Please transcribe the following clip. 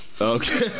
Okay